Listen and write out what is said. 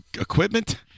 equipment